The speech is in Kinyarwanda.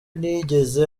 ntiyigeze